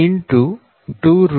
22 r140